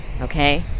Okay